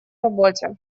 работе